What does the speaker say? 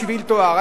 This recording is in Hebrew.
בשביל תואר.